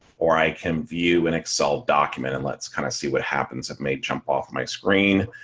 or i can view an excel document and let's kind of see what happens if made jump off my screen.